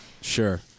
Sure